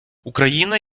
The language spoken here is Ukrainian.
україна